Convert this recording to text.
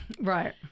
Right